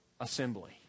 assembly